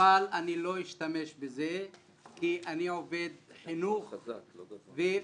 אני לא אשתמש בו כי אני עובד חינוך ומייצג